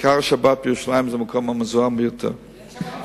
יש שם אוטובוסים.